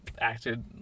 acted